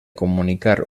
comunicar